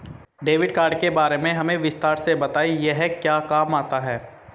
Debit card के बारे में हमें विस्तार से बताएं यह क्या काम आता है?